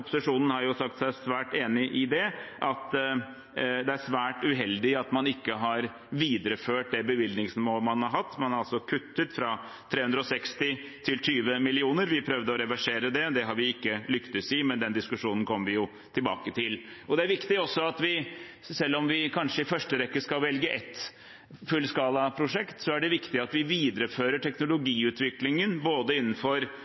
har sagt seg svært enig i det – og svært uheldig at man ikke har videreført det bevilgningsnivået man har hatt. Man har altså kuttet fra 360 mill. kr til 20 mill. kr. Vi prøvde å reversere det, det har vi ikke lyktes med, men den diskusjonen kommer vi tilbake til. Selv om vi i første rekke kanskje skal velge ett fullskalaprosjekt, er det viktig at vi viderefører teknologiutviklingen innenfor